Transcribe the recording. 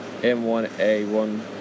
M1A1